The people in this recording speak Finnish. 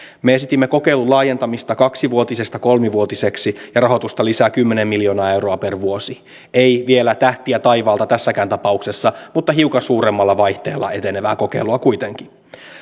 me esitimme kokeilun laajentamista kaksivuotisesta kolmivuotiseksi ja rahoitusta lisää kymmenen miljoonaa euroa per vuosi ei vielä tähtiä taivaalta tässäkään tapauksessa mutta hiukan suuremmalla vaihteella etenevää kokeilua kuitenkin